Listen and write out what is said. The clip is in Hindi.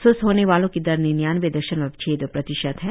स्वस्थ होने वालो की दर निन्यानवे दशमलव छह दो प्रतिशत है